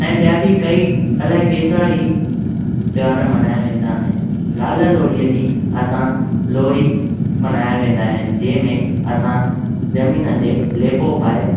ऐं ॿिया बि कई अलाए केतिरा ही त्यौहार मल्हाया वेंदा आहिनि लाल लोहड़ीअ जी असां लोहरी मल्हाया वेन्दा आहिनि जंहिं में असां जमीन ते लेपो पाए